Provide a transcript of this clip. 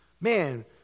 man